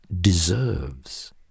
deserves